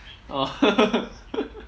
oh